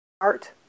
Art